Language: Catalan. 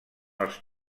els